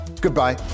goodbye